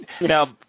Now